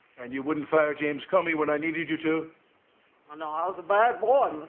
and you wouldn't fire james comey when i needed you to ah know i was a bad boy.